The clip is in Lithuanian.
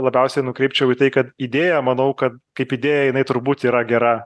labiausiai nukreipčiau į tai kad idėja manau kad kaip idėja jinai turbūt yra gera